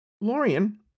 Lorian